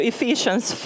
Ephesians